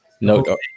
No